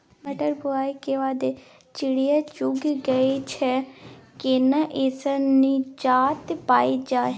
मटर बुआई के बाद चिड़िया चुइग जाय छियै केना ऐसे निजात पायल जाय?